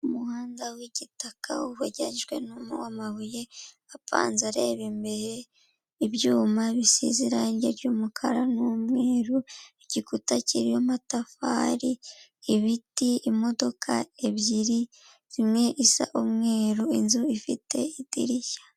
Umuhanda w'igitaka wegerejwemo n'uwamabuye, apanze areba imbere, ibyuma bisize irangi ry'umukara n'umweru, igikuta kirimo amatafari, ibiti, imodoka ebyiri imwe isa umweru, inzu ifite idirishya.